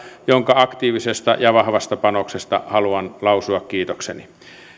jonka aktiivisesta ja vahvasta panoksesta haluan lausua kiitokseni